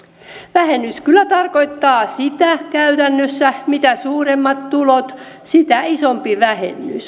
vähennys kyllä tarkoittaa käytännössä sitä että mitä suuremmat tulot sitä isompi vähennys